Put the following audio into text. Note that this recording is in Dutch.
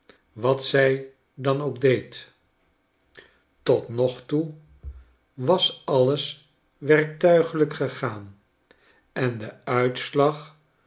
wat zij dan ook deed tot nogtoe was alles werktuigelijk gegaan en de uitslag